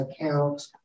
account